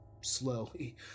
slowly